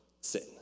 sin